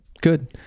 Good